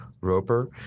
Roper